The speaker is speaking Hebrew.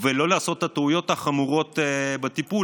ולא לעשות את הטעויות החמורות בטיפול.